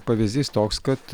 pavyzdys toks kad